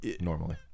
Normally